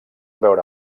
veure